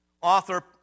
Author